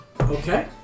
Okay